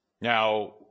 Now